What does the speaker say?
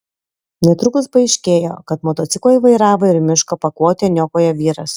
netrukus paaiškėjo kad motociklą vairavo ir miško paklotę niokojo vyras